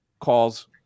calls